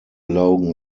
laugen